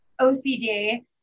OCD